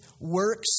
works